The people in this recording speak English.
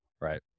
Right